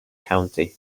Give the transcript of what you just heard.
county